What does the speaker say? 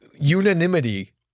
unanimity